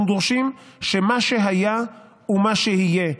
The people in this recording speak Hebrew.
אנחנו דורשים שמה שהיה הוא מה שיהיה.